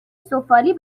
سفالی